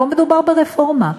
אבל לא מדובר ברפורמה,